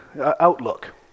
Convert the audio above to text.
outlook